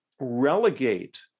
relegate